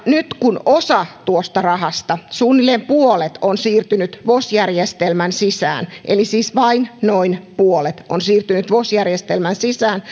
nyt kun osa tuosta rahasta suunnilleen puolet on siirtynyt vos järjestelmän sisään eli siis vain noin puolet on siirtynyt vos järjestelmän sisään